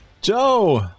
Joe